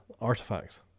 artifacts